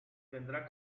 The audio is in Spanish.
tendrá